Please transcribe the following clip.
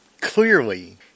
clearly